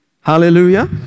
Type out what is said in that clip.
Hallelujah